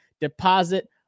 deposit